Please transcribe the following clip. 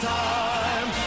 time